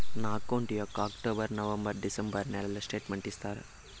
నా అకౌంట్ యొక్క October, November, December నెలల స్టేట్మెంట్ ఇస్తారా?